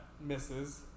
misses